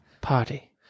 party